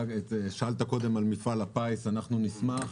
ושאלת קודם על מפעל הפיס אנחנו נשמח.